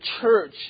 church